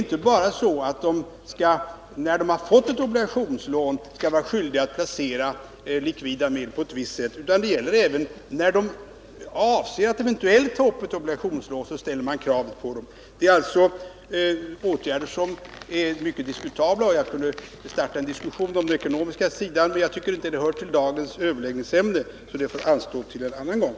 Inte bara den som har fått ta upp ett obligationslån är skyldig att placera likvida medel på ett visst sätt, utan detta gäller även den som avser att eventuellt ta upp ett obligationslån. Det är mycket diskutabla åtgärder. Jag skulle kunna starta en diskussion om den ekonomiska sidan. Men jag tycker inte att det hör till dagens överläggningsämne, så det får anstå till en annan gång.